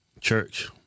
church